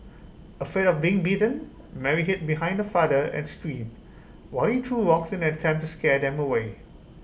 afraid of being bitten Mary hid behind her father and screamed while he threw rocks in an attempt to scare them away